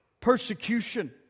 persecution